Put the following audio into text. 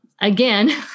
again